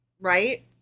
right